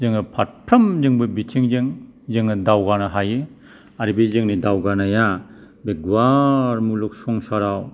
जोङो फारफ्रामजोंबो बिथिंजों जोङो दावगानो हायो आरो बे जोंनि दावगानाया गुवार मुलुग संसाराव